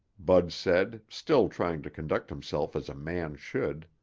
bud said, still trying to conduct himself as a man should.